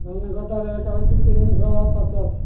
ଧାନକଟା rate ହେଉଛି ତିନି ଶହ ପଚାଶ